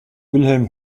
wilhelm